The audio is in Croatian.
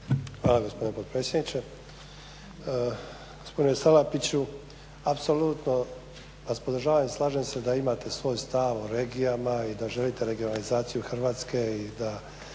Hvala gospodine potpredsjedniče. Gospodine Salapiću, apsolutno vas podržavam i slažem se da imate svoj stav o regijama i da želite regionalizaciju Hrvatske i da